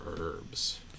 herbs